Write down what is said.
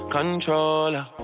Controller